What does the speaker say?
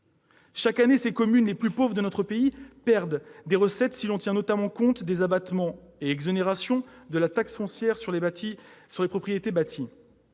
Chaque année, ces communes les plus pauvres de notre pays perdent des recettes si l'on tient notamment compte des abattements et exonérations de la taxe foncière sur les propriétés bâties.